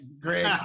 great